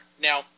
now